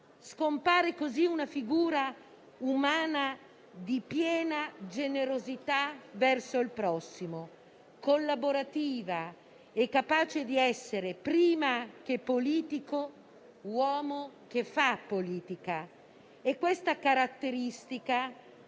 Scompare così una figura umana di piena generosità verso il prossimo, collaborativa e capace di essere, prima che politico, uomo che fa politica. Questa caratteristica,